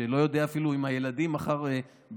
שאני לא יודע אם הילדים מחר בזום,